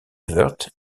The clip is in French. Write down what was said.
evert